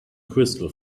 crystal